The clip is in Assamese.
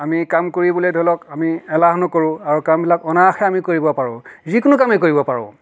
আমি কাম কৰিবলৈ ধৰি লওক আমি এলাহ নকৰোঁ আৰু কামবিলাক অনায়াসে আমি কৰিব পাৰোঁ যিকোনো কামেই কৰিব পাৰোঁ